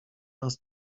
nas